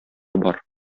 бар